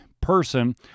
person